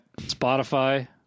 Spotify